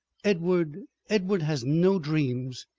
edward edward has no dreams.